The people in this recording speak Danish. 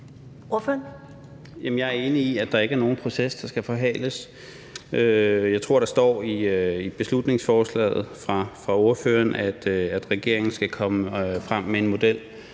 Jeg er enig i, at der ikke er nogen proces, der skal forhales. Jeg tror, der står i beslutningsforslaget fra ordføreren m.fl., at regeringen skal komme med en model